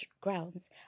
grounds